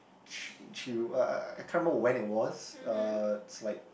ch~ chew I I I can't remember when it was uh it's like